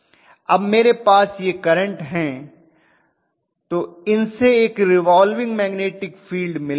जब मेरे पास यह करंट हैं तो इनसे एक रिवाल्विंग मैग्नेटिक फील्ड मिलेगा